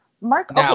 Mark